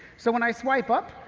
so, when i swipe up,